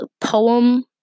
poem